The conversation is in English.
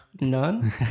none